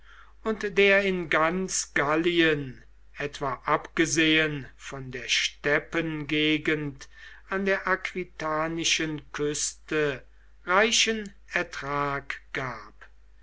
und der in ganz gallien etwa abgesehen von der steppengegend an der aquitanischen küste reichen ertrag gab